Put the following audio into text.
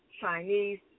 Chinese